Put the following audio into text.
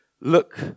look